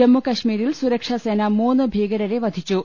ജമ്മുകശ്മീരിൽ സുരക്ഷാസേന മൂന്ന് ഭീകരരെ വധിച്ചു